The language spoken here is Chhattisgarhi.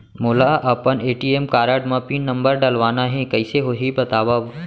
मोला अपन ए.टी.एम कारड म पिन नंबर डलवाना हे कइसे होही बतावव?